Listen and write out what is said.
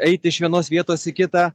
eiti iš vienos vietos į kitą